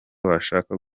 washaka